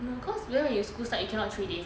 no cause once your school start you cannot three days